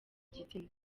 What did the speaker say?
gitsina